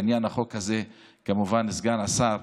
בעניין החוק הזה, כמובן, סגן השר,